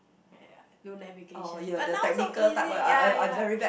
ya do navigation but now so easy ya ya